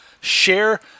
share